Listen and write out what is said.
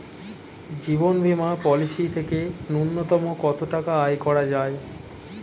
জীবন বীমা পলিসি থেকে ন্যূনতম কত টাকা আয় করা যায়?